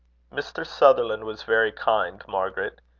mr. sutherland was very kind, margaret.